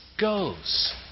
goes